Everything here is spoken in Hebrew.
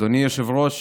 אדוני היושב-ראש,